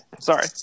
Sorry